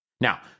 Now